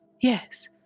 Yes